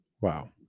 wow